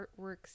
artworks